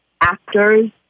actors